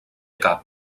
cap